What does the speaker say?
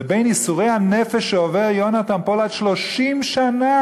לבין ייסורי הנפש שעובר יהונתן פולארד 30 שנה,